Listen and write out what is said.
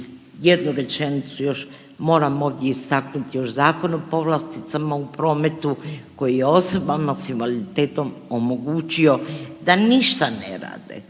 jednu rečenicu još moram ovdje istaknuti još o Zakon o povlasticama u prometu koji je osobama s invaliditetom omogućio da ništa ne rade,